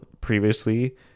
previously